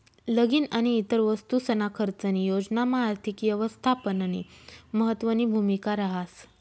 लगीन आणि इतर वस्तूसना खर्चनी योजनामा आर्थिक यवस्थापननी महत्वनी भूमिका रहास